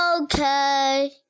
Okay